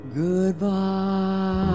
goodbye